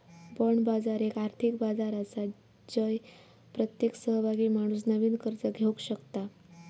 bond बाजार एक आर्थिक बाजार आसा जय प्रत्येक सहभागी माणूस नवीन कर्ज घेवक शकता